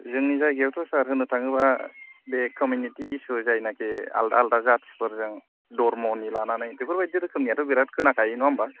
जोंनि जायगायावथ' सार होननो थाङोबा बे कमिउनिटि इसुआ जायनोखि आलादा आलादा जाथिफोरजों दोहोरोमनि लानानै बेफोरबायदि रोखोमनियाथ' बिराद खोनाखायो नङा होम्बा